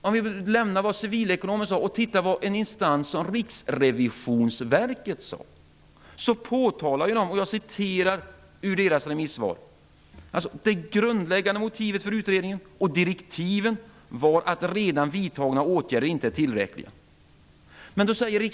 Om vi lämnar civilekonomernas remissvar och tittar på vad en instans som Riksrevisionsverket har sagt, finner vi att man i sitt remissvar påtalar följande: Det grundläggande motivet för utredningen och direktiven var att redan vidtagna åtgärder inte är tillräckliga.